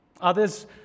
Others